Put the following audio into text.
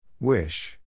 Wish